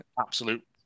absolute